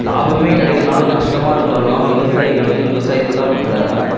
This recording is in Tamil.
லாபமே கிடைக்கலனாலும் நஷ்டமாக இருந்தாலும் விவசாயிகள் வந்து விவசாயத்தை தான் பண்ணுறாங்க